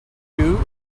you